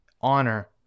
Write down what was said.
honor